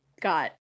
got